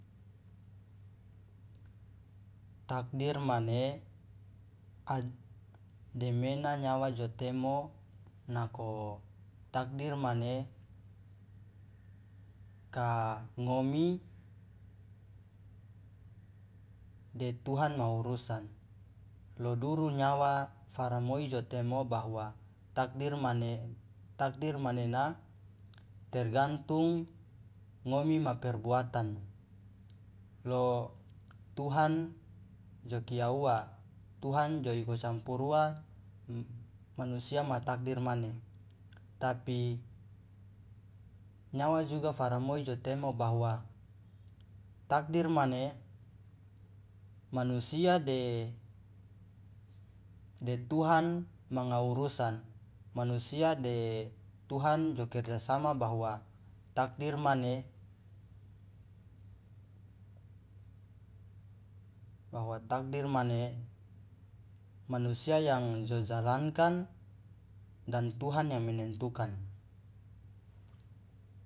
Takdir mane demena nyawa jo temo nako takdir mane ka ngomi de tuhan ma urusan lo duru nyawa faramoi jo temo bahwa takdir mane takdir manena tergantung ngomi ma perbuatan lo tuhan jo kia uwa tuhan jo iko campur uwa manusia ma takdir mane tapi nyawa juga faramoi jo temo bahwa takdir mane manusia de tuhan manga urusan manusia de tuhan jo kerjasama bahwa takdir mane bahwa takdir mane manusia yang jo jalankan dan tuhan yang menentukan.